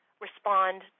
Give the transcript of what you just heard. respond